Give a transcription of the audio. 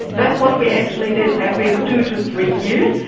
that's what we actually did, every two to three years.